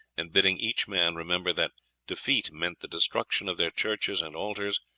and bidding each man remember that defeat meant the destruction of their churches and altars,